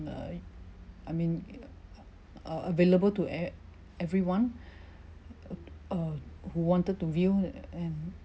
uh I mean uh available to e~ everyone uh who wanted to view and